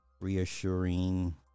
reassuring